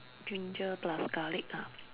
ginger plus garlic ah